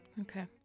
Okay